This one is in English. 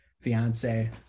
fiance